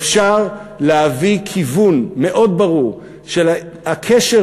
ואפשר להביא כיוון מאוד ברור של הקשר